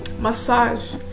Massage